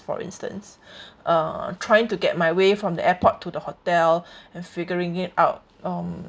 for instance uh trying to get my way from the airport to the hotel and figuring it out um